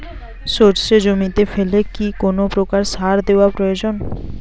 সর্ষে জমিতে ফেলে কি কোন প্রকার সার দেওয়া প্রয়োজন?